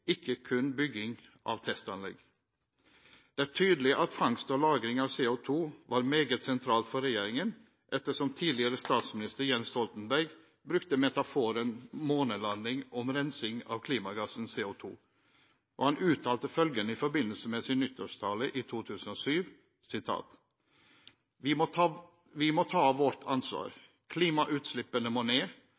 ikke kun bygging av testanlegg. Det er tydelig at fangst og lagring av CO2 var meget sentralt for regjeringen ettersom tidligere statsminister Jens Stoltenberg brukte metaforen «månelanding» om rensing av klimagassen CO2, og han uttalte følgende i forbindelse med sin nyttårstale i 2007: «Vi må ta vårt ansvar. Klimautslippene må ned.